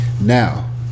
Now